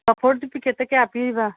ꯄꯥꯐꯣꯔꯁꯤ ꯄꯦꯛꯀꯦꯠꯇ ꯀꯌꯥ ꯄꯤꯔꯤꯕ